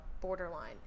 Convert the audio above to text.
Borderline